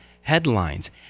headlines